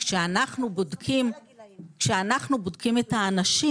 וכשאנחנו בודקים את האנשים,